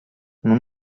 nous